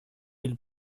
vill